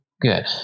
Good